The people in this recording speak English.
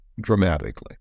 dramatically